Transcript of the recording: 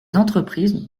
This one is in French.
entreprises